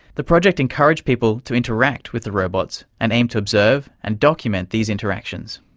the project encouraged people to interact with the robots and aimed to observe and document these interactions.